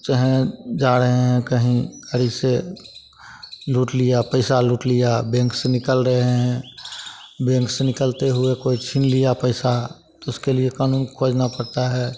चाहें जा रहे हैं कहीं गाड़ी से लूट लिया पैसा लूट लिया बेंक से निकल रहे हैं बेंक से निकलते हुए कोई छीन लिया पैसा तो उसके लिए कानून को खोजना पड़ता है